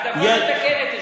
העדפה מתקנת,